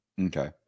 okay